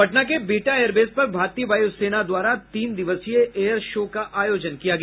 पटना के बिहटा एयरबेस पर भारतीय वायुसेना द्वारा तीन दिवसीय एयर शो का आयोजन किया गया